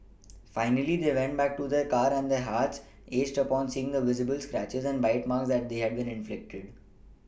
finally they went back to their car and their hearts ached upon seeing the visible scratches and bite marks that they had been inflicted